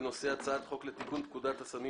על סדר היום הצעת חוק לתיקון פקודת הסמים